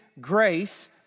grace